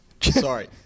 Sorry